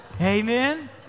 Amen